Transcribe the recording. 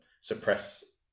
suppress